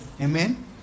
Amen